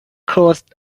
closed